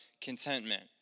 contentment